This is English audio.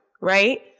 right